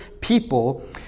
people